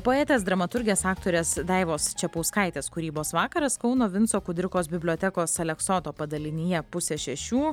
poetės dramaturgės aktorės daivos čepauskaitės kūrybos vakaras kauno vinco kudirkos bibliotekos aleksoto padalinyje pusė šešių